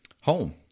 home